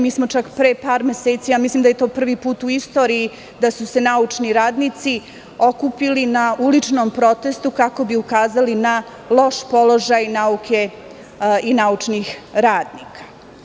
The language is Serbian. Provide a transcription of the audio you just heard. Mi smo čak pre par meseci, ja mislim da je to prvi put u istoriji da su se naučni radnici okupili na uličnom protestu, kako bi ukazali na loš položaj nauke i naučnih radnika.